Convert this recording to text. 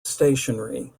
stationery